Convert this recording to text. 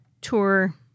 tour